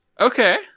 Okay